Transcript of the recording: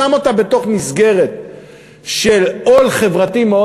שם אותה בתוך מסגרת של עול חברתי מאוד